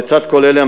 לצד כל אלה,